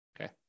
okay